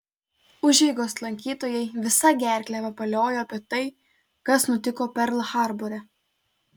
užeigos lankytojai visa gerkle vapaliojo apie tai kas nutiko perl harbore